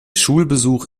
schulbesuch